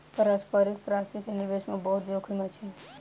पारस्परिक प्राशि के निवेश मे बहुत जोखिम अछि